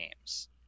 games